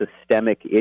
systemic